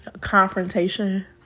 confrontation